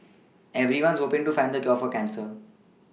everyone's hoPing to find the cure for cancer